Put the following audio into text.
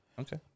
Okay